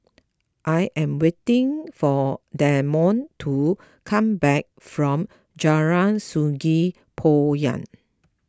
I am waiting for Damon to come back from Jalan Sungei Poyan